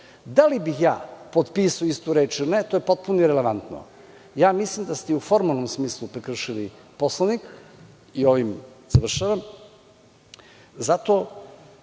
Da li bih ja potpisao istu reč ili ne, to je potpuno relevantno. Mislim da ste i u formalnom smislu prekršili Poslovnik i ovim završavam, zato